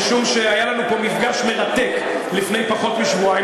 משום שהיה לנו פה מפגש מרתק לפני פחות משבועיים,